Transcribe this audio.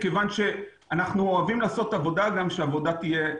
מכיוון שאנחנו אוהבים לעשות עבודה שהעבודה תהיה גם